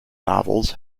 novels